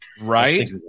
Right